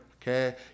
Okay